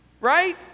Right